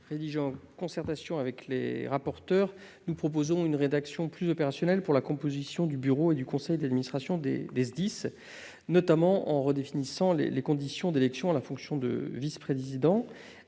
rectifié. En concertation avec les rapporteurs, je propose une rédaction plus opérationnelle en ce qui concerne la composition du bureau et du conseil d'administration des SDIS, en redéfinissant les conditions d'élection à la fonction de vice-président.